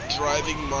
driving